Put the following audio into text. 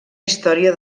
història